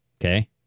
Okay